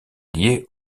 lié